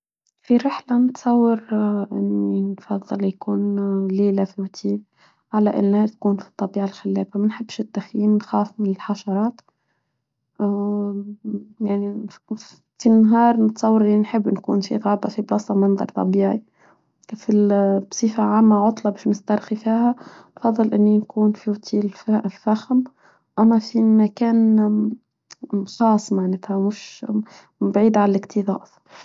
في الرحلة نتصور أني نفضل يكون ليلة في أوتيل على أنها تكون في الطبيعة الخلابة نحبش التخيم نخاف من الحشرات يعني كل نهار نتصور أنه نحب نكون في غابة في بسطة منظر طبيعي في بصيفة عامة عطلة مش نسترخي فيها فضل أنه يكون في أوتيل الفخم أما في مكان خاص معناته مش مبعيد على الاكتظاظ.